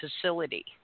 facility